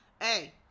hey